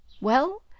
Well